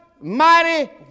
mighty